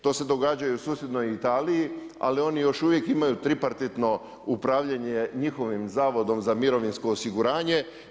To se događa i u susjednoj Italiji, ali oni još uvijek imaju tripartitno upravljanje njihovim Zavodom za mirovinsko osiguranje.